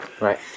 Right